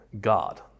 God